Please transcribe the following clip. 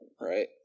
right